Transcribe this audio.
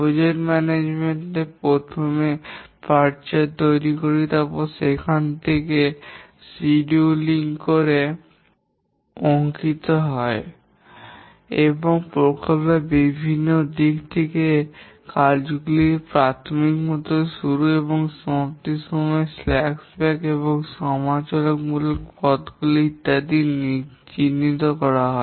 project manager প্রথমে একটি PERT chart তৈরি করে যেখানে সামগ্রিক সময়সূচী টি অঙ্কিত হয় এবং প্রকল্পের বিভিন্ন দিক যেমন কাজগুলির প্রাথমিকতম শুরু এবং সমাপ্তির সময় স্ল্যাক সময় সমালোচনামূলক পথগুলি ইত্যাদি চিহ্নিত করা হয়